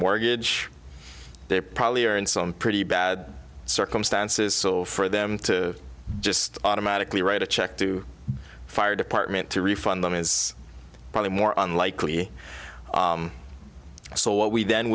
mortgage they probably are in some pretty bad circumstances so for them to just automatically write a check to the fire department to refund them is probably more on likely so what we then